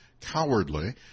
cowardly